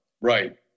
Right